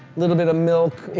little bit of milk,